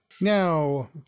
now